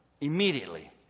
immediately